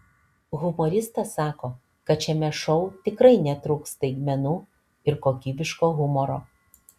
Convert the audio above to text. humoristas sako kad šiame šou tikrai netrūks staigmenų ir kokybiško humoro